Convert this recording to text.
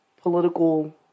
political